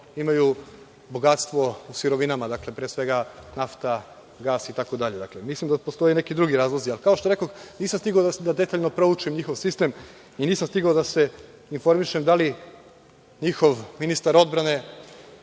imaju bogatstvo u sirovinama, pre svega nafta, gas itd. Mislim da postoje neki drugi razlozi. Kao što rekoh, nisam stigao da detaljno proučim njihov sistem, nisam stigao da se informišem da li njihov ministar odbrane